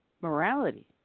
morality